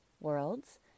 worlds